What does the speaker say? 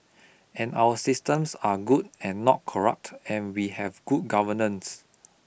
and our systems are good and not corrupt and we have good governance